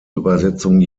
übersetzung